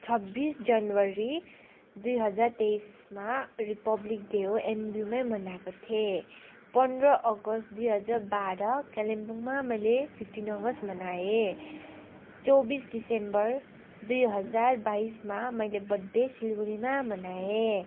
छब्बिस जनवरी दुई हजार तेइसमा रिपब्लिक डे हो एनबियुमै मनाएको थिएँ पन्ध्र अगस्त दुई हजार बाह्र कालिम्पोङमा मैले फिफ्टिन अगस्त मनाएँ चौबिस दिसम्बर दुई हजार बाइसमा मैले बर्थडे सिलगढीमा मनाएँ